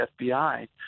FBI